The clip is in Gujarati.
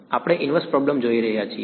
આપણે ઇનવર્સ પ્રોબ્લેમ જોઈ રહ્યા છીએ